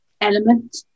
element